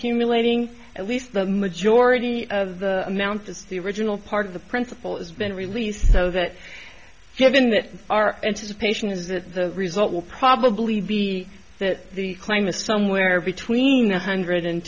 cumulating at least the majority of the amount to stay original part of the principle is been released so that given that our anticipation is that the result will probably be that the client somewhere between one hundred and